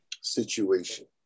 situation